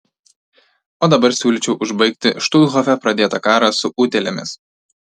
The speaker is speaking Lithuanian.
o dabar siūlyčiau užbaigti štuthofe pradėtą karą su utėlėmis